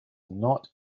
not